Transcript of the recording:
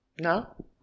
No